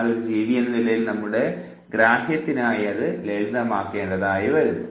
എന്നാൽ ഒരു ജീവിയെന്ന നിലയിൽ നമ്മുടെ ഗ്രാഹ്യത്തിനായി അത് ലളിതമാക്കേണ്ടതായി വരുന്നു